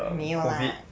没有 lah